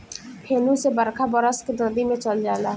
फेनू से बरखा बरस के नदी मे चल जाला